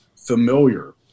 familiar